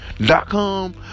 Dot-com